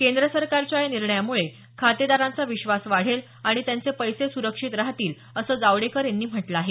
केंद्र सरकारच्या या निर्णयामुळे खातेदारांचा विश्वास वाढेल आणि त्यांचे पैसे सुरक्षित राहतील असं जावडेकर यांनी म्हटलं आहे